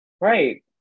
Right